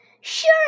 Sure